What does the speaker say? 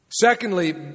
Secondly